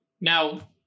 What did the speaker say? Now